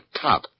top